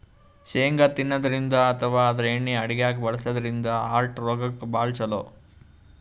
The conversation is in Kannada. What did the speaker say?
ಶೇಂಗಾ ತಿನ್ನದ್ರಿನ್ದ ಅಥವಾ ಆದ್ರ ಎಣ್ಣಿ ಅಡಗ್ಯಾಗ್ ಬಳಸದ್ರಿನ್ದ ಹಾರ್ಟ್ ರೋಗಕ್ಕ್ ಭಾಳ್ ಛಲೋ